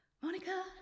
Monica